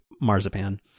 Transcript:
Marzipan